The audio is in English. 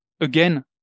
again